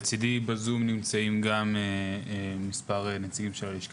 לצידי בזום נמצאים גם מספר נציגים של הלשכה